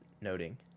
noting